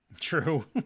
True